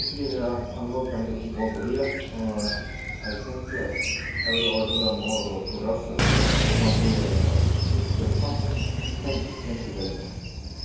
ਇਸ ਲੀਏ ਮੇਰਾ ਅਨੁਭਵ ਤਾਂ ਜੀ ਦੇਖੋ ਬਹੁਤ ਵਧੀਆ ਔਰ I think I will order the more products from your respect from thank you thank you very much